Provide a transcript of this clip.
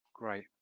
Great